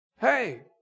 hey